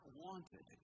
wanted